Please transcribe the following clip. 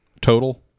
total